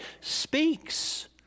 speaks